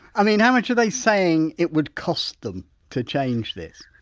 ah mean how much are they saying it would cost them to change this?